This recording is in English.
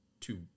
two